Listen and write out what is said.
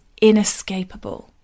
inescapable